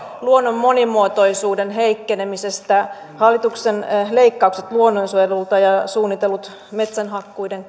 luonnon monimuotoisuuden heikkenemisestä hallituksen leikkaukset luonnonsuojelusta ja ja suunnitellut metsänhakkuiden